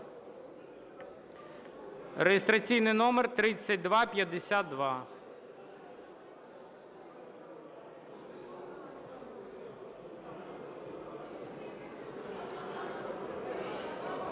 (реєстраційний номер 3252).